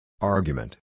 Argument